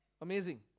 amazing